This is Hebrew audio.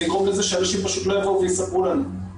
זה יגרום לכך שאנשים פשוט לא יספרו לנו.